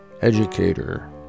educator